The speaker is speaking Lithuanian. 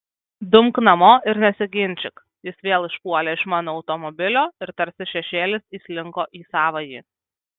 dumk namo ir nesiginčyk jis vėl išpuolė iš mano automobilio ir tarsi šešėlis įslinko į savąjį